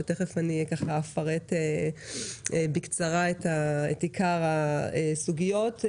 שמיד אפרט בקצרה את עיקר הסוגיות.